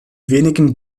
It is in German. wenigen